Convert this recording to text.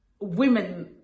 women